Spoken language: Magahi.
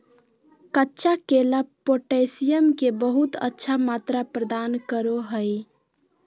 कच्चा केला पोटैशियम के बहुत अच्छा मात्रा प्रदान करो हइ